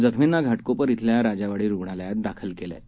जखमींना घाटकोपर इथल्या राजावाडी रुग्णालयात दाखल केलं आहे